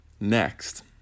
next